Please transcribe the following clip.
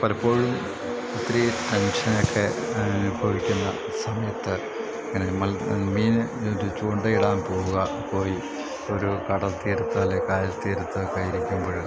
പലപ്പോഴും ഒത്തിരി ടെൻഷനൊക്കെ അനുഭവിക്കുന്ന സമയത്ത് ഇങ്ങനെ മീന് ചൂണ്ടയിടാൻ പോവുക പോയി ഒരു കടൽത്തീരത്തോ അല്ലെങ്കില് കായൽത്തീരത്തൊക്കെയിരിക്കുമ്പോള്